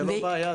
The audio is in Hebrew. זו לא בעיה,